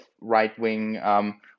right-wing